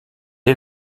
est